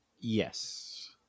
Yes